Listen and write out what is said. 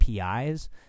APIs